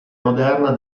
moderna